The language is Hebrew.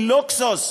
של לוקסוס.